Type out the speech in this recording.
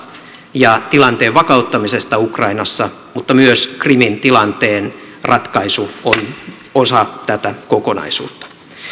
ja tilanteen vakauttamisesta ukrainassa mutta myös krimin tilanteen ratkaisu on osa tätä kokonaisuutta